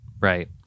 Right